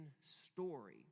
story